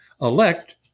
elect